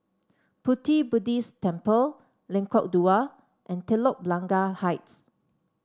Pu Ti Buddhist Temple Lengkok Dua and Telok Blangah Heights